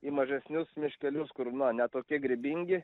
į mažesnius miškelius kur na ne tokie grybingi